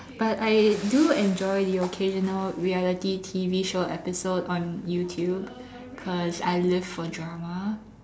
but I do enjoy the occasional reality T_V show episode on YouTube cause I live for drama